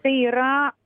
tai yra